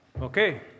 Okay